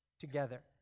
together